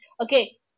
okay